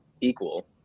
equal